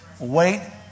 wait